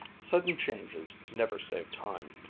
sudden changes never save time.